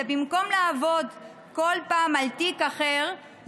במקום לעבוד כל פעם על תיק אחר,